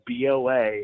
BOA